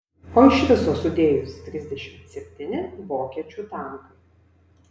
o iš viso sudėjus trisdešimt septyni vokiečių tankai